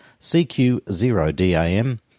CQ0DAM